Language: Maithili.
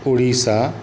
उड़ीसा